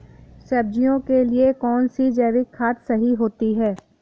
सब्जियों के लिए कौन सी जैविक खाद सही होती है?